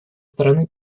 стороны